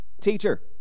teacher